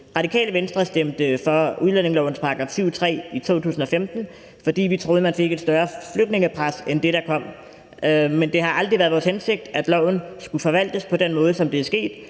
Radikale Venstre stemte for udlændingelovens § 7, stk. 3, i 2015, fordi vi troede, man fik et større flygtningepres end det, der kom. Men det har aldrig været vores hensigt, at loven skulle forvaltes på den måde, som det er sket,